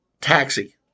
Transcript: Taxi